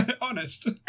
Honest